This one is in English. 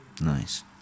Nice